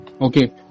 okay